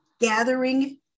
Gathering